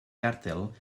càrtel